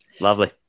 Lovely